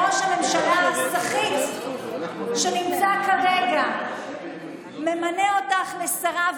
ראש הממשלה הסחיט שנמצא כרגע ממנה אותך לשרה,